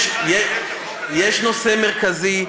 יש נושא מרכזי,